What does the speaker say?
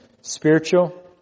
spiritual